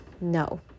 no